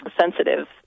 sensitive